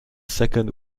second